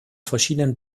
verschiedenen